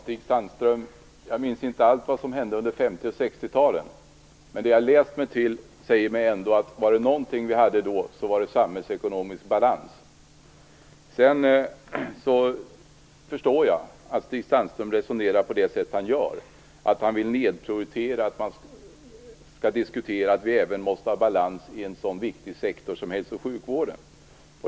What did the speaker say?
Fru talman! Jag minns inte allt som hände under 50 och 60-talen, men det som jag har läst mig till säger mig att var det någonting som vi då hade var det samhällsekonomisk balans. Jag förstår att Stig Sandström resonerar på det sätt som han gör. Han vill diskutera balansen i en så viktig sektor som hälso och sjukvården.